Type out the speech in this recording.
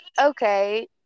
okay